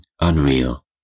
unreal